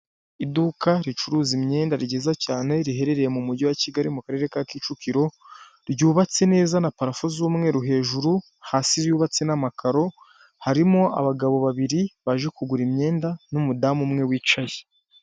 Iduka ricuruza imyenda ryiza cyane riherereye mu mujyi wa kigali mu karere ka kicukiro; ryubatse neza na parafo z'umweru hejuru, hasi yubatse n'amakaro harimo abagabo babiri baje kugura imyenda n'umudamu umwe wicaye.